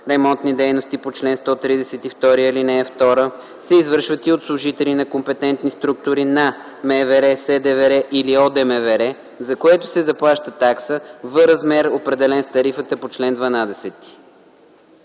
Ремонтни дейности по чл. 132, ал. 2 се извършват и от служители на компетентни структури на МВР, СДВР или ОДМВР, за което се заплаща такса в размер, определен с тарифата по чл. 12.”